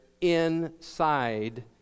inside